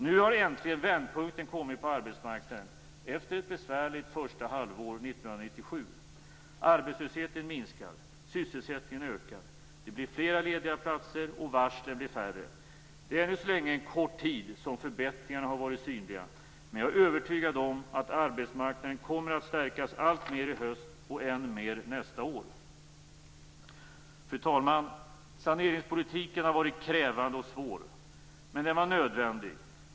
Nu har äntligen vändpunkten kommit på arbetsmarknaden efter ett besvärligt första halvår 1997. Arbetslösheten minskar och sysselsättningen ökar. Det blir flera lediga platser, och varslen blir färre. Det är ännu så länge en kort tid som förbättringarna har varit synliga, men jag är övertygad om att arbetsmarknaden kommer att stärkas alltmer i höst och än mer nästa år. Fru talman! Saneringspolitiken har varit krävande och svår, men den var nödvändig.